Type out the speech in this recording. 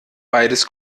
beides